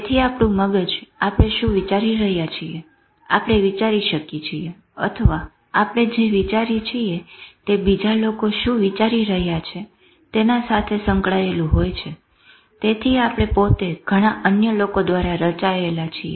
તેથી આપણું મગજ આપણે શું વિચારી રહ્યા છીએ આપણે વિચારી શકી છીએ અથવા આપણે જે વિચારી છીએ તે બીજા લોકો શું વિચારી રહ્યા છે તેની સાથે સંકળાયેલું હોય છે તેથી આપણે પોતે ઘણા અન્ય લોકો દ્વારા રચાયેલા છીએ